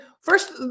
first